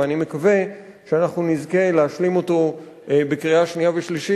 ואני מקווה שאנחנו נזכה להשלים אותו בקריאה שנייה וקריאה שלישית.